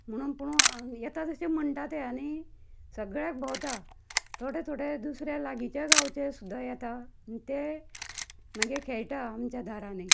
म्हणूंक पूण येता तशें म्हणटा ते आनी सगळ्याक भोंवता थोडे थोडे दुसऱ्या लागींच्या गांवचे सुद्दां येता आनी ते मगे खेळटा आमच्या दारांनी